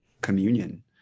communion